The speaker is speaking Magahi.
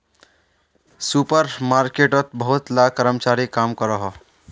सुपर मार्केटोत बहुत ला कर्मचारी काम करोहो